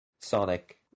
Sonic